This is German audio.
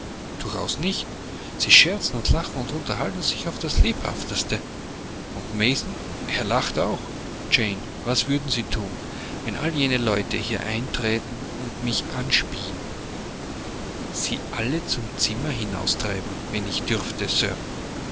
durchaus nicht sie scherzen und lachen und unterhalten sich auf das lebhafteste und mason er lachte auch jane was würden sie thun wenn all jene leute hier einträten und mich anspieen sie alle zum zimmer hinaustreiben wenn ich dürfte